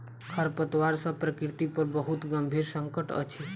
खरपात सॅ प्रकृति पर बहुत गंभीर संकट अछि